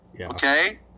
Okay